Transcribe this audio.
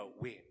win